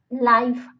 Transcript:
life